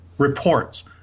Reports